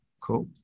Cool